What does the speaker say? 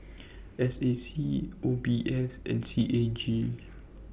S A C O B S and C A G